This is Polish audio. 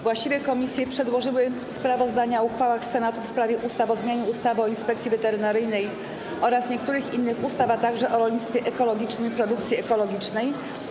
Właściwe komisje przedłożyły sprawozdania o uchwałach Senatu w sprawie ustaw: - o zmianie ustawy o Inspekcji Weterynaryjnej oraz niektórych innych ustaw, - o rolnictwie ekologicznym i produkcji ekologicznej.